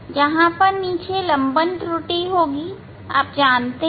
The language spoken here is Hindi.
यहां पर नीचे लंबन त्रुटि होगी आप जानते है